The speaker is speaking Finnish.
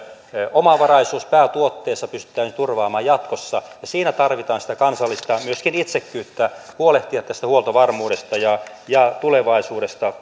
omavaraisuus päätuotteissa pystytään turvaamaan jatkossa siinä tarvitaan myöskin sitä kansallista itsekkyyttä huolehtia huoltovarmuudesta ja ja tulevaisuudesta